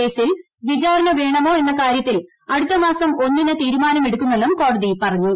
കേസിൽ വിചാരണ വേണമോ എന്ന കാര്യത്തിൽ അടുത്തമാസം ഒന്നിന് തീരുമാനമെടുക്കുമെന്നും കോടതി പറഞ്ഞു